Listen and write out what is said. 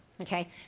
Okay